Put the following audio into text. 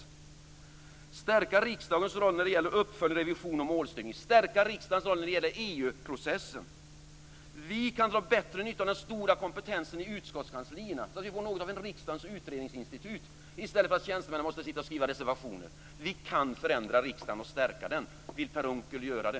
Vi bör stärka riksdagens roll när det gäller uppföljning, revision och målstyrning och stärka riksdagens roll när det gäller EU-processen. Vi kan dra bättre nytta av den stora kompetensen i utskottskanslierna, så att vi får något av ett riksdagens utredningsinstitut i stället för att tjänstemännen måste skriva reservationer. Vi kan förändra riksdagen och stärka den. Vill Per Unckel göra det?